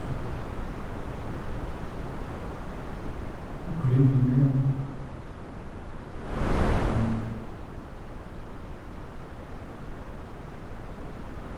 Nkure omuka.